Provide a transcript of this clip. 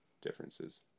differences